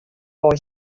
boy